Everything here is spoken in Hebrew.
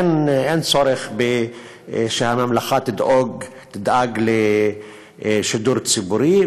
ואין צורך שהממלכה תדאג לשידור ציבורי,